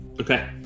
Okay